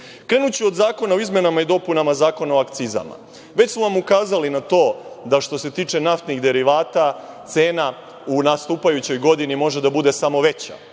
od zakona o izmenama i dopunama Zakona o akcizama. Već smo vam ukazali na to da što se tiče naftnih derivata cena u nastupajućoj godini može da bude samo veća.